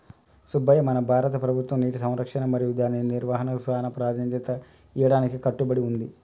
సుబ్బయ్య మన భారత ప్రభుత్వం నీటి సంరక్షణ మరియు దాని నిర్వాహనకు సానా ప్రదాన్యత ఇయ్యడానికి కట్టబడి ఉంది